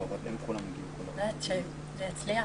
שזה יצליח.